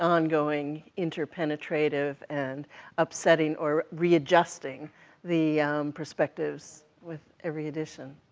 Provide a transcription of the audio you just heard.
ongoing, interpenetrative, and upsetting, or readjusting the perspectives with every addition.